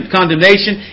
condemnation